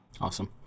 Awesome